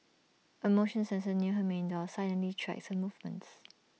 A motion sensor near her main door silently tracks her movements